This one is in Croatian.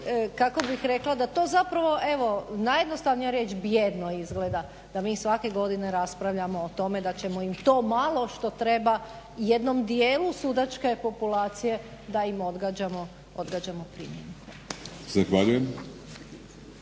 govori i da to zapravo evo najjednostavnija riječ bijedno izgleda da mi svake godine raspravljamo o tome da ćemo im to malo što treba jednom dijelu sudačke populacije da im odgađamo primjenu. **Batinić,